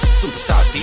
superstar